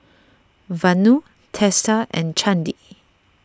Vanu Teesta and Chandi